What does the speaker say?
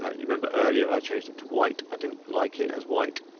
ah you remember earlier i changed it to white. i didn't like it as white.